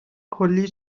کلی